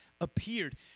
appeared